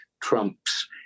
trumps